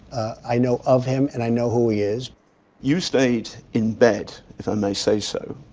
i know of him, and i know who he is you stayed in bed, if i may say so,